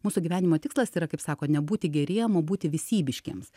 mūsų gyvenimo tikslas yra kaip sako nebūti geriem o būti visybiškiems